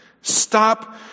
Stop